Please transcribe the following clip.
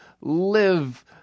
live